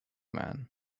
man